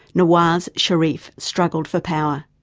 nawaz sharif struggled for power.